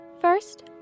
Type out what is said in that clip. First